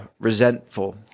resentful